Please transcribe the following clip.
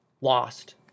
lost